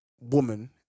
woman